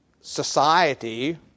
society